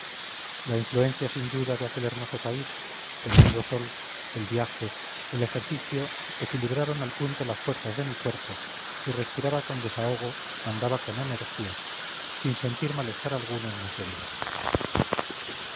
la influencia sin duda de aquel hermoso país el vivo sol el viaje el ejercicio equilibraron al punto las fuerzas de mi cuerpo y respiraba con desahogo andaba con energía sin sentir malestar alguno en mis heridas